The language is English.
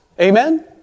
Amen